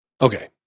Okay